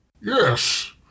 Yes